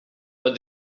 but